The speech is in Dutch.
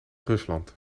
rusland